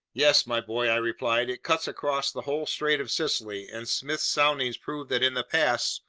yes, my boy, i replied, it cuts across the whole strait of sicily, and smith's soundings prove that in the past,